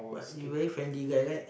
but he very friendly guy right